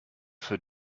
für